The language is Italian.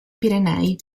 pirenei